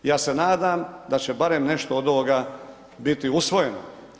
Ja se nadam da će barem nešto od ovoga biti usvojeno.